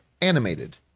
animated